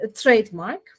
trademark